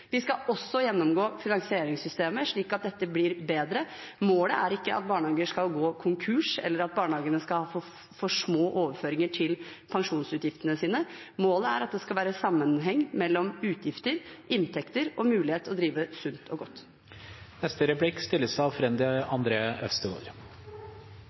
vi skal også gjennomgå finansieringssystemet, slik at dette blir bedre. Målet er ikke at barnehager skal gå konkurs eller at barnehagene skal ha for små overføringer til pensjonsutgiftene sine. Målet er at det skal være sammenheng mellom utgifter, inntekter og mulighet til å drive sunt og godt. SV og Rødt foreslår endringer av